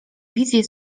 wizje